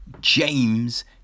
James